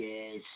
Yes